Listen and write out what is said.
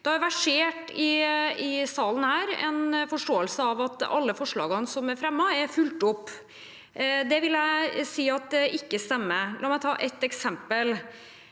Det har her i salen versert en forståelse av at alle forslagene som er fremmet, er fulgt opp. Det vil jeg si at ikke stemmer. La meg ta ett eksempel: